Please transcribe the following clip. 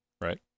right